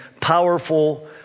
powerful